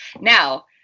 Now